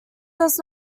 does